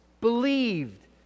believed